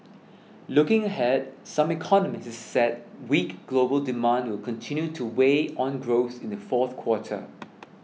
looking ahead some economists said weak global demand will continue to weigh on growth in the fourth quarter